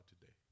today